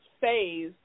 phase